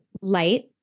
light